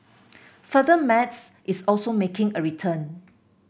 further Maths is also making a return